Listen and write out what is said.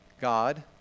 God